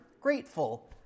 grateful